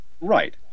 Right